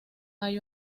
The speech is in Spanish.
hay